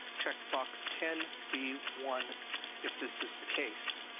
check box ten b one if this is the case.